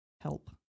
help